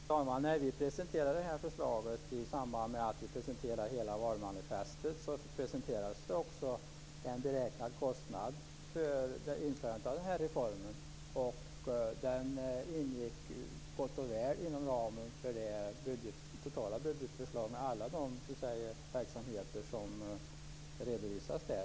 Fru talman! När vi socialdemokrater presenterade förslaget i samband med att vi presenterade hela valmanifestet redovisades också en beräknad kostnad för införandet av reformen. Den rymdes gott och väl inom ramen för det totala budgetförslag med alla de verksamheter som redovisades där.